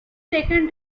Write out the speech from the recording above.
taken